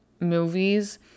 movies